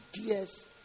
ideas